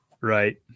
right